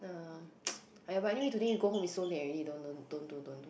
aiyah but anyway you go home is so late already don't don't don't do don't do